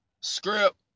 script